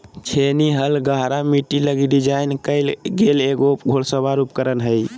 छेनी हल गहरा मिट्टी लगी डिज़ाइन कइल गेल एगो घुड़सवार उपकरण हइ